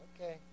Okay